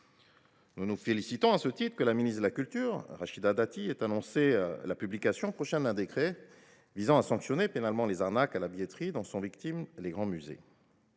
Nous nous félicitons donc que la ministre de la culture, Rachida Dati, ait annoncé la publication prochaine d’un décret visant à sanctionner pénalement les arnaques à la billetterie dont les grands musées